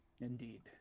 Indeed